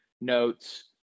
notes